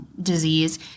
disease